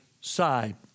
side